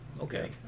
okay